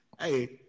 Hey